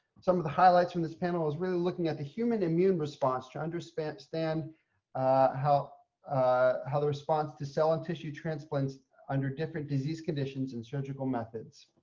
some of the highlights from this panel is really looking at the human immune response to understand, how ah how the response to cell and tissue transplants under different disease conditions and surgical methods.